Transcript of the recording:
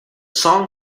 song